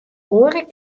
oare